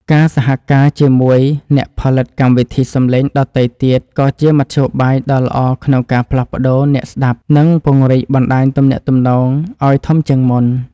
ការសហការជាមួយអ្នកផលិតកម្មវិធីសំឡេងដទៃទៀតក៏ជាមធ្យោបាយដ៏ល្អក្នុងការផ្លាស់ប្តូរអ្នកស្តាប់ និងពង្រីកបណ្តាញទំនាក់ទំនងឱ្យធំជាងមុន។